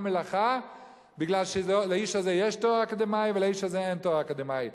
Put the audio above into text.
מלאכה מפני שלאיש הזה יש תואר אקדמי ולאיש הזה אין תואר אקדמי.